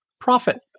profit